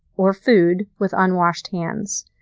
or food with unwashed hands,